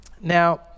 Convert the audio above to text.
Now